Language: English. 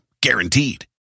Guaranteed